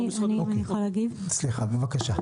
בבקשה.